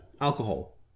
Alcohol